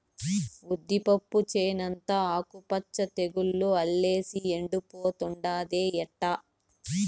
ఉద్దిపప్పు చేనంతా ఆకు మచ్చ తెగులు అల్లేసి ఎండిపోతుండాదే ఎట్టా